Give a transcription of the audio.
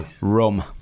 rum